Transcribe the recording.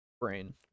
brain